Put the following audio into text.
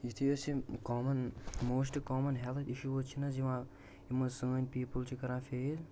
یُتھُے أسۍ یِم common most common health issues چھِ نہَ حظ یِوان یِم حظ سٲنۍ پیٖپُل چھِ کَران فیٖل